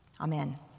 Amen